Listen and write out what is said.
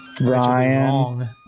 ryan